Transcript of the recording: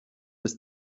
bis